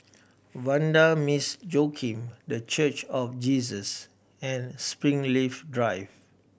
Vanda Miss Joaquim The Church of Jesus and Springleaf Drive